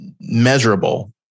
measurable